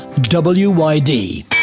WYD